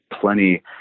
plenty